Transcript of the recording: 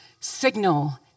signal